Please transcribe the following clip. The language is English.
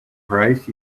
price